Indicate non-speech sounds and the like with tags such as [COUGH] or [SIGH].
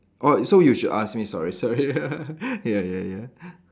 orh so you should ask me sorry sorry [LAUGHS] ya ya ya